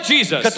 Jesus